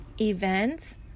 Events